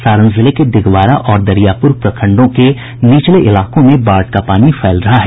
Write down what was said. सारण जिले के दिघवारा और दरियापुर प्रखंडों के निचले क्षेत्रों में बाढ़ का पानी फैल रहा है